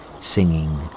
singing